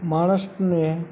માણસને